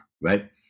right